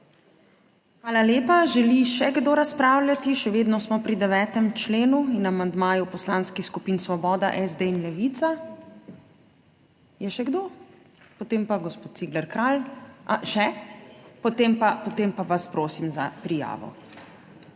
Hvala lepa. Želi še kdo razpravljati? Še vedno smo pri 9. členu in amandmaju poslanskih skupin Svoboda, SD in Levica. Je še kdo? Gospod Cigler Kralj. Še? Potem pa vas prosim za prijavo.